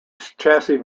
chassis